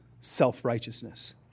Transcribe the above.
self-righteousness